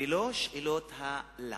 ולא שאלות הלמה,